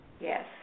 Yes